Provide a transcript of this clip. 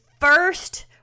first